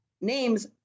names